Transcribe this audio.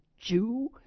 Jew